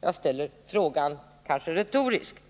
Jag ställer denna fråga retoriskt.